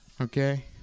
Okay